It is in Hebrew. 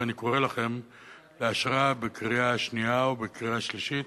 ואני קורא לכם לאשרה בקריאה השנייה ובקריאה השלישית.